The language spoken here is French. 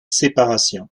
séparation